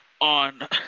on